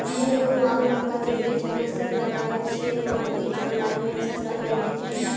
जे गेहूँ आरु मक्का के बीज हमे सब लगावे छिये वहा बीज ऑनलाइन मे सस्ता मिलते की?